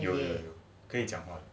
有有有可以讲话